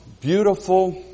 beautiful